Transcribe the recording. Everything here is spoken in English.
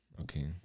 okay